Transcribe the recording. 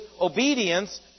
obedience